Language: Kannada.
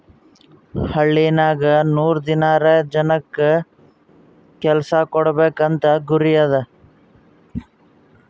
ಹಳ್ಳಿನಾಗ್ ನೂರ್ ದಿನಾರೆ ಜನಕ್ ಕೆಲ್ಸಾ ಕೊಡ್ಬೇಕ್ ಅಂತ ಗುರಿ ಅದಾ